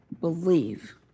believe